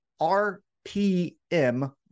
RPM